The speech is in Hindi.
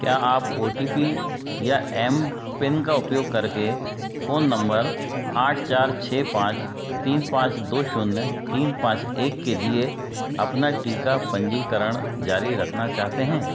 क्या आप ओ टी पी या एमपिन का उपयोग करके फ़ोन नम्बर आठ चार छः पाँच तीन पाँच दो शून्य तीन पाँच एक के लिए अपना टीका पंजीकरण जारी रखना चाहते हैं